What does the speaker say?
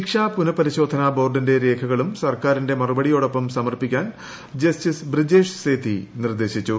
ശിക്ഷ്ാ പുനഃപരിശോധനാ ബോർഡിന്റെ രേഖകളും സർക്കാരിന്റെ മറുപടിയോടൊപ്പം സമർപ്പിക്കാൻ ജസ്റ്റിസ് ബ്രിജേഷ് സേതി നിർദ്ദേശിച്ചു